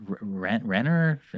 renner